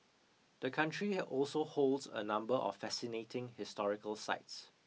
the country also holds a number of fascinating historical sites